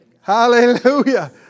hallelujah